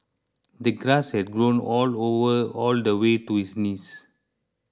the grass had grown all all all all the way to his knees